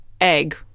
egg